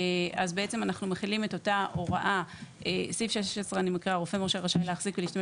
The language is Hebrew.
אני קוראת את סעיף 16: "רופא מורשה רשאי להחזיק ולהשתמש